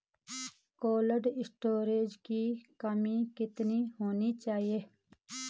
Cold storage की नमी कितनी होनी चाहिए?